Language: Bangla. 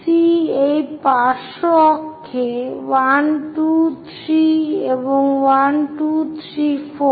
C এই পার্শ্ব অক্ষে 1 2 3 এবং 1 2 3 4